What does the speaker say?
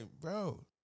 bro